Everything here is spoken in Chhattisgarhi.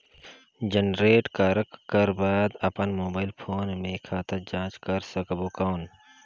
जनरेट करक कर बाद अपन मोबाइल फोन मे खाता जांच कर सकबो कौन?